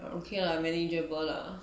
but okay lah manageable lah